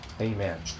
Amen